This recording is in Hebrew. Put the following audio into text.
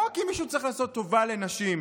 לא כי מישהו צריך לעשות טובה לנשים,